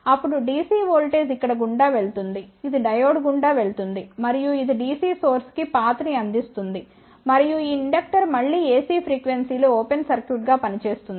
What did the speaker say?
అప్పుడు DC voltage ఇక్కడ గుండా వెళుతుంది ఇది డయోడ్ గుండా వెళుతుంది మరియు ఇది DC సోర్స్ కి పాత్ ని అందిస్తుంది మరియు ఈ ఇండక్టర్ మళ్ళీ AC ఫ్రీక్వెన్సీ లో ఓపెన్ సర్క్యూట్గా పనిచేస్తుంది